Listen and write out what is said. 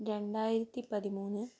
രണ്ടായിരത്തി പതിമൂന്ന്